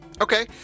Okay